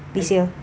this year